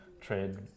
trade